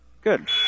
good